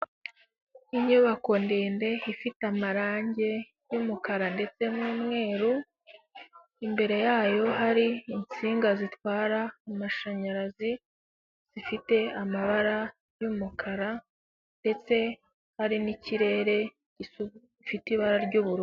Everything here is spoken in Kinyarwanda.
Inyubako ndende ifite amarangi y'umukara ndetse n'umweru, imbere yayo hari insinga zitwara amashanyarazi zifite amabara y'umukara ndetse hari n'ikirere gifite ibara ry'ubururu.